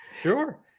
Sure